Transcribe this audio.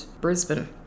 Brisbane